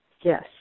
Yes